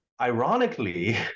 Ironically